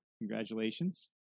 Congratulations